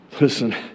Listen